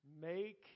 Make